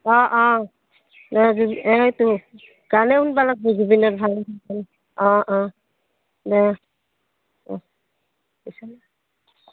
অঁ অঁ দে এই এইটো গানে শুনিব লাগিব জুবিনৰ ভাল অঁ অঁ দে অঁ